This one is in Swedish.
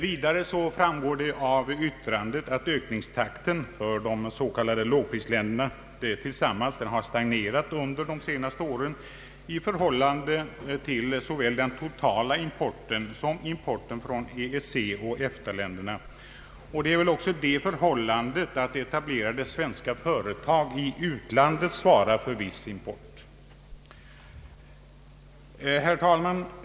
Vidare framgår av yttrandet att ökningstakten för importen från de s.k. lågprisländerna tillsammans stagnerat under de senaste åren i förhållande till såväl den totala importen som importen från EEC och EFTA-länderna, Härtill bidrar väl också det förhållandet att etablerade svenska företag i utlandet svarar för viss import. Herr talman!